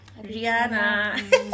rihanna